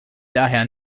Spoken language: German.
daher